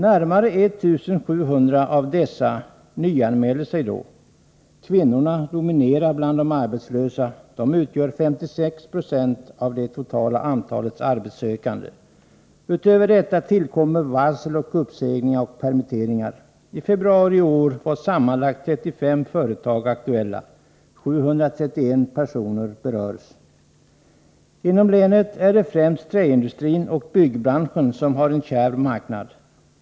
Närmare 1 700 av dessa nyanmälde sig då. Kvinnorna dominerar bland de arbetslösa. De utgör 56 960 av det totala antalet arbetssökande. Utöver detta tillkommer varsel om uppsägningar och permitteringar. I februari i år var sammanlagt 35 företag aktuella. 731 personer berördes. Inom länet är det främst träindustrin och byggbranschen som har en kärv marknad.